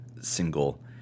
single